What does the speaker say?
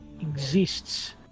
exists